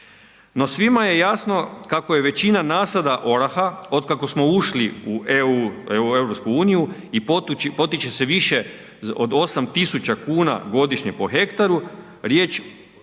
No svima je jasno kako je većina nasada oraha otkako smo ušli u EU i potiče se više od 8 tisuća kuna godišnje po hektaru riječ,